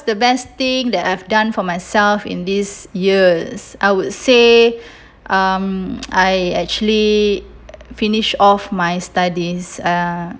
the best thing that I've done for myself in this years I would say um I actually finish off my studies uh